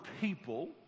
people